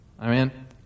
Amen